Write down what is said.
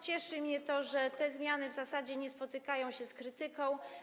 Cieszy mnie to, że te zmiany w zasadzie nie spotykają się z krytyką.